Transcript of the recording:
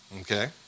Okay